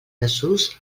desús